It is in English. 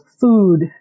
food